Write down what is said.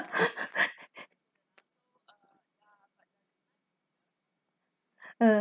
uh